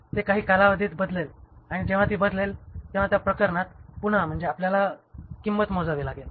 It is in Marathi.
हे काही कालावधीत बदलेल आणि जेव्हा ती बदलेल तेव्हा त्या प्रकरणात पुन्हा म्हणजे आपल्याला किंमत मोजावी लागेल